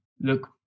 look